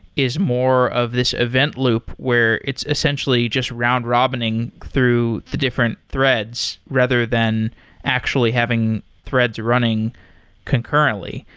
is more of this event loop, where it's essentially just round robining through the different threads rather than actually having threads running concurrently.